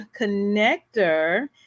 Connector